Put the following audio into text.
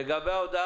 לגבי ההודעה